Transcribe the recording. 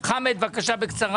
חמד, בבקשה בקצרה.